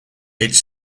its